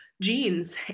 Genes